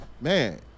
man